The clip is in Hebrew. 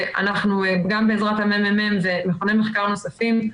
אנחנו גם בעזרת הממ"מ ומכוני מחקר נוספים,